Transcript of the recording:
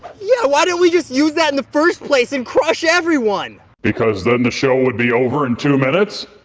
yeah, why didn't we just use that in the first place and crush everyone? because then the show would be over in two minutes.